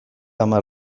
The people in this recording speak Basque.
hamar